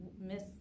Miss